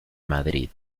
madrid